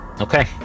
okay